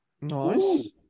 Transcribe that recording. Nice